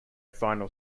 final